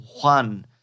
One